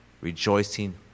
rejoicing